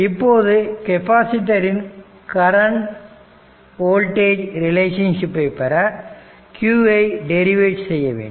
இப்போது கெப்பாசிட்டர் ன் current voltage ரிலேஷன்ஷிப்பை பெற q ஐ டெரிவேட் செய்ய வேண்டும்